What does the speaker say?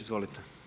Izvolite.